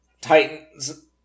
Titans